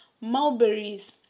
mulberries